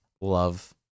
love